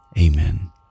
Amen